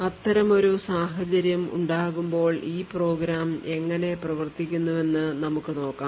അത്തരമൊരു സാഹചര്യം ഉണ്ടാകുമ്പോൾ ഈ പ്രോഗ്രാം എങ്ങനെ പ്രവർത്തിക്കുന്നുവെന്ന് നമുക്ക് നോക്കാം